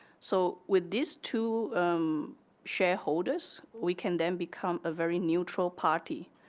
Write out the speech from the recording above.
so with these two um shareholder, so we can then become a very nutrienteral party.